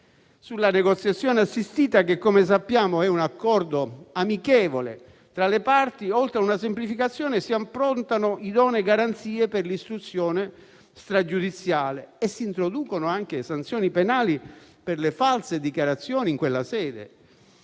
Sulla negoziazione assistita, che, come sappiamo, è un accordo amichevole tra le parti, oltre ad una semplificazione si approntano idonee garanzie per l'istruzione stragiudiziale e si introducono anche sanzioni penali per le false dichiarazioni in quella sede.